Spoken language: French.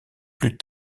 plus